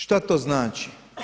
Šta to znači?